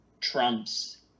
trumps